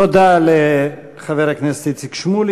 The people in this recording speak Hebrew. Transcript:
תודה לחבר הכנסת איציק שמולי.